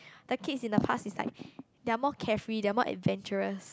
the kids in the past it's like they are more carefree they are more adventurous